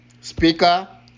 speaker